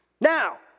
Now